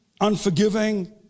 unforgiving